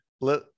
let